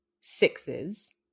sixes